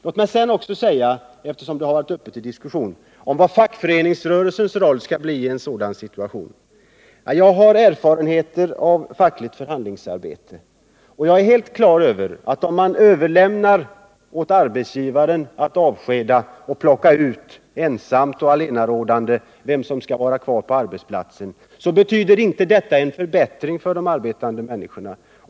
Låt mig sedan också, eftersom frågan om vad fackföreningens roll skall bli i en sådan situation har varit uppe till diskussion, säga att jag har erfarenheter av fackligt förhandlingsarbete. Jag har därför fullständigt klart för mig att om man överlämnar åt arbetsgivaren att — ensam och allenarådande — avskeda och plocka ut vem som skall få vara kvar på arbetsplatsen, betyder detta inte någon förbättring för de arbetande människorna.